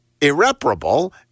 irreparable